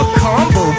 combo